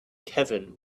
kevin